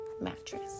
mattress